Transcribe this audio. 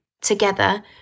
Together